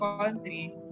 country